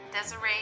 Desiree